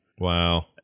Wow